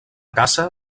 caça